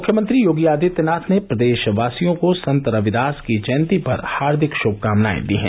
मुख्यमंत्री योगी आदित्यनाथ ने प्रदेशवासियों को संत रविदास की जयंती पर हार्दिक शुभकामनाए दी हैं